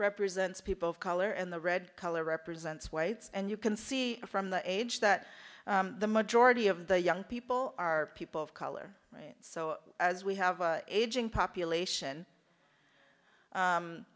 represents people of color and the red color represents whites and you can see from the age that the majority of the young people are people of color right so as we have aging population